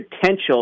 potential